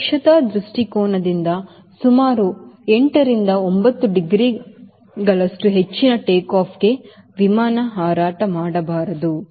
ಸುರಕ್ಷತಾ ದೃಷ್ಟಿಕೋನದಿಂದ ನಾನು 8 9 ಡಿಗ್ರಿಗಳಿಗಿಂತ ಹೆಚ್ಚಿನ ಟೇಕ್ಆಫ್ಗೆ ವಿಮಾನ ಹಾರಾಟ ಮಾಡಬಾರದು